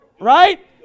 right